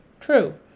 True